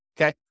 Okay